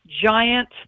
giant